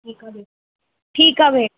ठीकु आहे भेण ठीकु आहे भेण